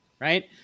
right